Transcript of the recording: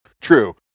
True